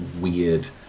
weird